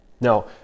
Now